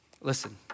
Listen